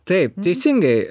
taip teisingai